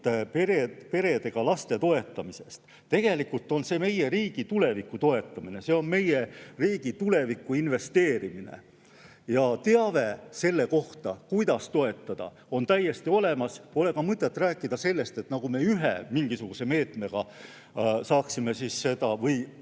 perede ja laste toetamisest. Tegelikult on see meie riigi tuleviku toetamine, see on meie riigi tulevikku investeerimine. Teave selle kohta, kuidas toetada, on täiesti olemas. Pole ka mõtet rääkida sellest, et me saavutaksime selle mingisuguse ühe meetmega või